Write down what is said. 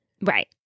Right